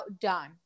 done